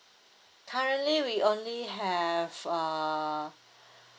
currently we only have err